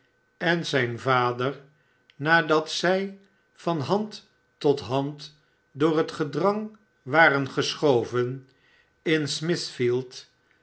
en zijn vader nadat zij van hand tot hand door het gedrang waren geschoven in